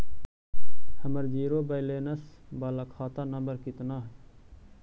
हमर zero balance बाला खाता नम्बर कितना है?